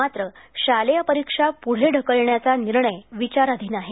मात्र शालेय परीक्षा पुढे ढकलण्याचा निर्णय विचाराधीन आहे